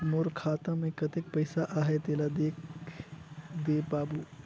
मोर खाता मे कतेक पइसा आहाय तेला देख दे बाबु?